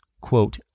quote